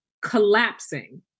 collapsing